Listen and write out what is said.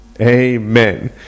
Amen